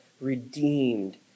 redeemed